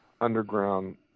Underground